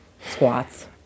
Squats